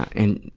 and,